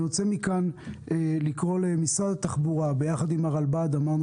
אני רוצה מכאן לקרוא למשרד התחבורה יחד עם הרלב"ד - אמרנו